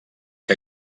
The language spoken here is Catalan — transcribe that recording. que